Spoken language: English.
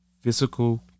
physical